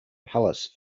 palace